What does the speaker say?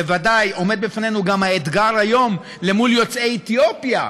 בוודאי עומד בפנינו היום גם האתגר מול יוצאי אתיופיה,